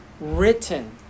written